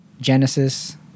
Genesis